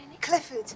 Clifford